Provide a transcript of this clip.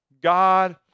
God